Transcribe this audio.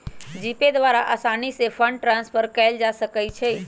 GPay द्वारा असानी से फंड ट्रांसफर कयल जा सकइ छइ